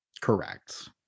Correct